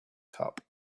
cup